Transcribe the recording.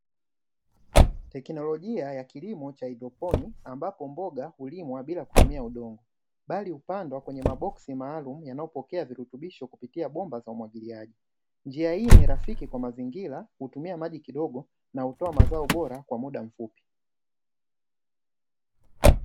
Teknolojia ya kilimo cha haidroponi ambapo mboga hulimwa bila kutumia udongo, bali hupandwa kwenye maboksi maalumu yanayopokea virutubisho kupitia bomba za umwagiliaji. Njia hii ni rafiki kwa mazingira, hutumia maji kidogo na kutoa mazao bora kwa muda mfupi.